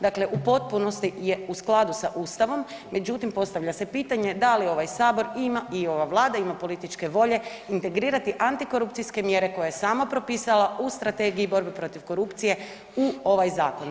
Dakle u potpunosti je u skladu sa Ustavom, međutim, postavlja se pitanje da li ovaj Sabor ima i ova Vlada, ima političke volje integrirati antikorupcijske mjere koje sama propisala u strategiji borbe protiv korupcije u ovaj zakon.